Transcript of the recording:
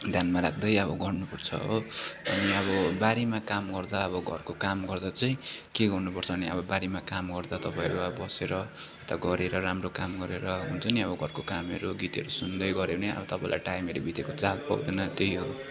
ध्यानमा राख्दै अब गर्नुपर्छ हो अनि अब बारीमा काम गर्दा अब घरको काम गर्दा चाहिँ के गर्नुपर्छ भने अब बारीमा काम गर्दा तपाईँहरू अब बसेर यता गरेर राम्रो काम गरेर हुन्छ नि घरको कामहरू गीतहरू सुन्दैगर्यो भने अब तपाईँलाई टाइमहरू बितेको चाल पाउँदैन त्यही हो